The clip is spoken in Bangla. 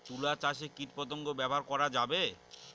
তুলা চাষে কীটপতঙ্গ ব্যবহার করা যাবে?